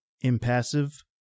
impassive